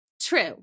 True